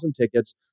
tickets